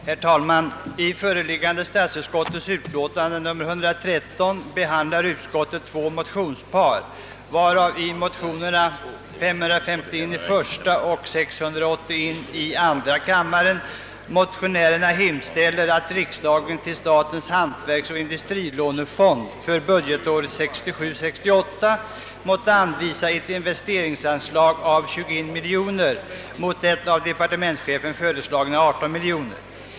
Herr talman! I föreliggande statsutskottsutlåtande nr 113 behandlar utskottet två motionspar, varav i motionerna I:551 och II:681 motionärerna hemställer att riksdagen till statens hantverksoch industrilånefond för budgetåret 1967/68 måtte anvisa ett investeringsanslag av 21 miljoner kronor i stället för av departementschefen föreslagna 18 miljoner kronor.